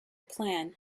plan